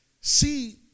See